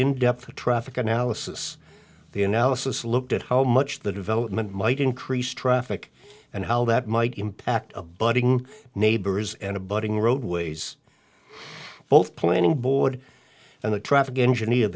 in depth traffic analysis the analysis looked at how much the development might increase traffic and how that might impact a budding neighbors and a budding roadways both planning board and the traffic engineer